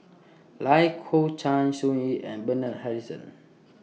Lai Kew Chai Sun Yee and Bernard Harrison